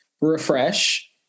refresh